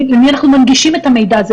למי אנחנו מנגישים את המידע הזה,